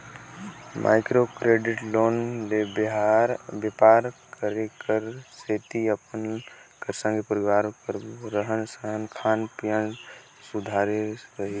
micro credit loan ले बेपार करे कर सेती अपन कर संघे परिवार कर रहन सहनए खान पीयन सब सुधारे गइस